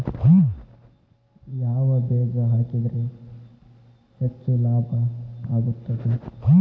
ಯಾವ ಬೇಜ ಹಾಕಿದ್ರ ಹೆಚ್ಚ ಲಾಭ ಆಗುತ್ತದೆ?